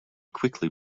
quickly